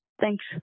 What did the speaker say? Thanks